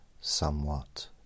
somewhat